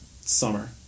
summer